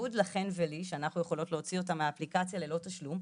בניגוד לכן ולי שאנחנו יכולות להוציא אותם מהאפליקציה ללא תשלום,